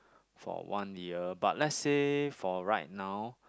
for one year but let's say for right now